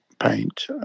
paint